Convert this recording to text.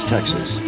Texas